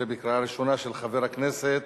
2012, של חברי הכנסת